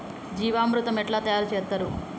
జీవామృతం ఎట్లా తయారు చేత్తరు?